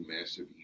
massive